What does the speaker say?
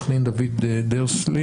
מעו"ד דוד דרסלי